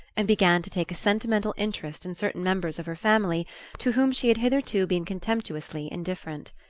and began to take a sentimental interest in certain members of her family to whom she had hitherto been contemptuously indifferent.